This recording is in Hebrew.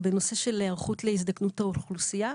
היערכות להזדקנות האוכלוסייה.